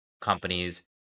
companies